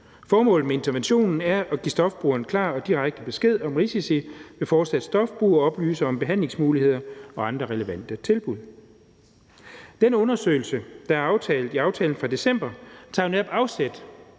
Formålet med interventionen er at give stofbrugeren klar og direkte besked om risici ved fortsat stofbrug og oplyse om behandlingsmuligheder og andre relevante tilbud. Den undersøgelse, der er aftalt i aftalen fra december, tager jo netop afsæt